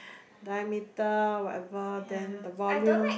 diameter whatever then the volume